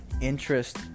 interest